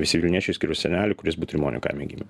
visi vilniečiai išskyrus senelį kuris butrimonių kaime gimė